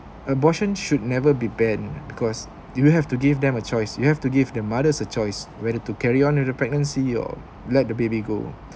abortion should never be banned because you will have to give them a choice you have to give the mothers a choice whether to carry on with the pregnancy or let the baby go